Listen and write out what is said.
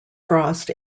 frost